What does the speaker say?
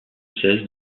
cesse